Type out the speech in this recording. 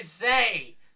say